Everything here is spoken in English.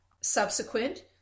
subsequent